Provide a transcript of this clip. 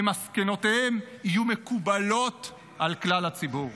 ומסקנותיהם יהיו מקובלות על כלל הציבור.